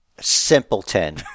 simpleton